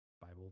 bible